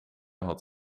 had